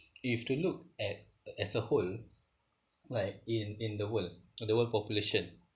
if you were to look at as a whole like in in the world or the world population